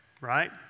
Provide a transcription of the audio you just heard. right